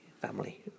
Family